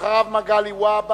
ואחריו, חבר הכנסת מגלי והבה.